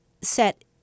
set